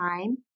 time